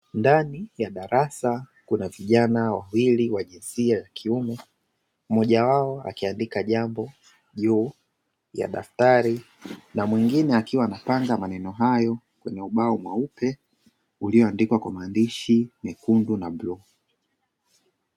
Ndani ya darasa kuna vijana wawili wa jinsia ya kiume, mmoja wao akiandika jambo juu ya daftari na mwingine akiwa anapanga maneno hayo kwenye ubao mweupe, ulioandikwa kwa maandishi mekundu na bluu.